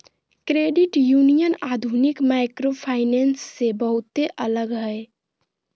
credit union आधुनिक microfinance से बहुते अलग हय